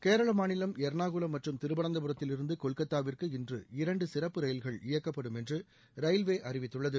கேரள மாநிலம் எர்ணாகுளம் மற்றும் திருவனந்தபுரதத்திலிருந்து கொல்கத்தாவிற்கு இன்று இரண்டு சிறப்பு ரயில்கள் இயக்கப்படும் என்று ரயில்வே அறிவித்துள்ளது